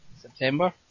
September